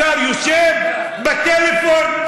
השר יושב בטלפון,